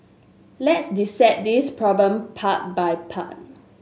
let's dissect this problem part by part